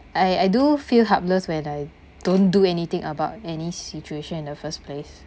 I I do feel helpless when I don't do anything about any situation in the first place